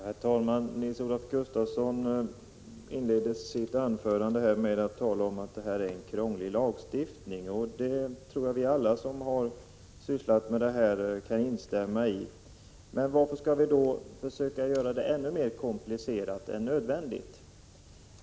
Herr talman! Nils-Olof Gustafsson inledde sitt anförande med att tala om att detta är en krånglig lagstiftning. Det omdömet tror jag att alla vi som har sysslat med den här frågan kan instämma i. Men varför skall vi då göra den mer komplicerad än nödvändigt?